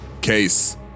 case